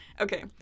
Okay